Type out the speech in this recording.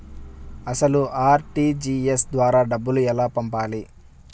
అసలు అర్.టీ.జీ.ఎస్ ద్వారా ఎలా డబ్బులు పంపాలి?